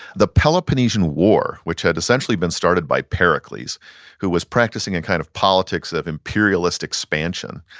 the peloponnesian war, which had essentially been started by pericles who was practicing a kind of politics of imperialistic expansion,